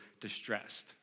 distressed